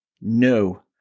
No